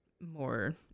more